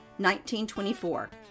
1924